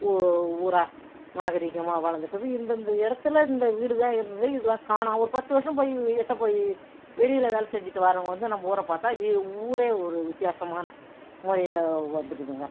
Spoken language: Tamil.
ஊ ஊராக நாகரிகமாக வளர்ந்துட்டுது இந்தந்த இடத்துல இந்த வீடு தான் இருந்தது இதெலாம் காணும் ஒரு பத்து வருஷம் போய் எட்டப்போய் வெளியில் வேலை செஞ்சுட்டு வரவங்க நம்ம ஊரை பார்த்தா இ ஊரே ஒரு வித்தியாசமான முறையில் வந்துருதுங்க